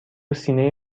سینه